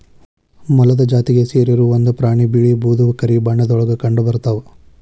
ಮೊಲದ ಜಾತಿಗೆ ಸೇರಿರು ಒಂದ ಪ್ರಾಣಿ ಬಿಳೇ ಬೂದು ಕರಿ ಬಣ್ಣದೊಳಗ ಕಂಡಬರತಾವ